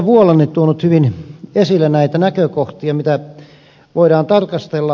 vuolanne tuonut hyvin esille näitä näkökohtia joita voidaan tarkastella